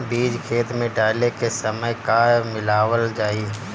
बीज खेत मे डाले के सामय का का मिलावल जाई?